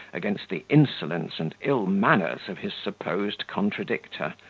against the insolence and ill manners of his supposed contradictor,